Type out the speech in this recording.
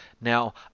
Now